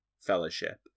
Fellowship